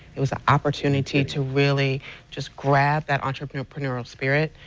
it was an opportunity to really just grab that entrepreneur spirit.